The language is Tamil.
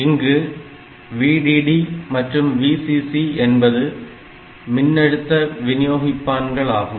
இங்கு VDD மற்றும் VCC என்பது மின்னழுத்த விநியோகிப்பான்கள் ஆகும்